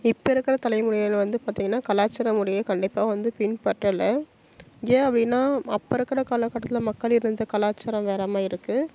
இப்போ இருக்கிற தலைமுறைகள் வந்து பார்த்திங்கனா கலாச்சாரமுறையை கண்டிப்பாக வந்து பின்பற்றல ஏன் அப்படினா அப்போ இருக்கிற காலகட்டத்தில் மக்கள் இருந்த கலாச்சாரம் வேற மாதிரி இருக்குது